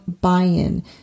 buy-in